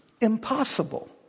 impossible